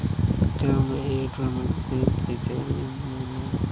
क्या मैं e commerce के ज़रिए कृषि यंत्र के मूल्य में बारे में जान सकता हूँ?